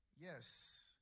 Yes